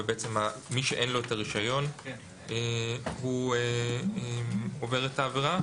ומי שאין לו את הרישיון הוא עובר את העבירה.